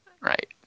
right